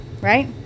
right